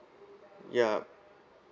yup